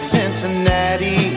Cincinnati